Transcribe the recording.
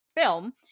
film